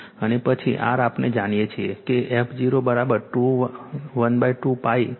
અને પછી R આપણે જાણીએ છીએ કે f012π √L C છે